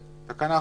"5.